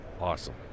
awesome